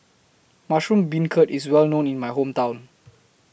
Mushroom Beancurd IS Well known in My Hometown